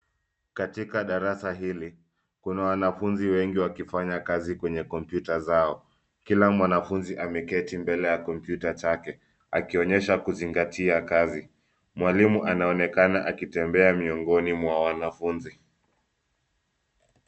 Katika darasa hili kuna wanafunzi wengi wakifanya kazi kwenye kompyuta zao. Kila mwanafunzi ameketi mbele ya kompyuta chake akionyesha kuzingatia kazi. Mwalimu anaonekana akitembea miongoni mwa wanafunzi.